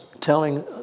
telling